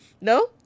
No